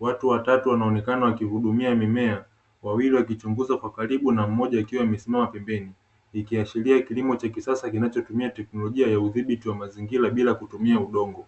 Watu watatu wanaonekana wakihudumia mimea, wawili wakichunguza kwa karibu na mmoja akiwa amesimama pembeni. Ikiashiria kilimo cha kisasa kinachotumia teknolojia ya udhibiti wa mazingira bila kutumia udongo.